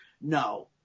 no